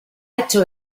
hecho